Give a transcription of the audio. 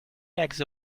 eggs